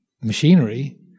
machinery